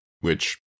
which-